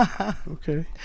Okay